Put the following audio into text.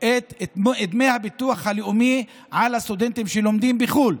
את דמי הביטוח הלאומי לסטודנטים שלומדים בחו"ל.